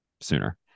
sooner